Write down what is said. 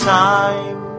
time